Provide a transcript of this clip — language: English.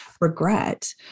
regret